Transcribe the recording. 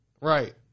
Right